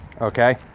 okay